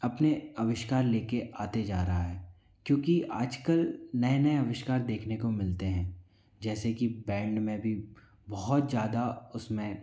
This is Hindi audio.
अपने आविष्कार ले के आते जा रहा है क्योंकि आजकल नए नए आविष्कार देखने को मिलते हैं जैसे कि बैंड में भी बहुत ज़्यादा उसमें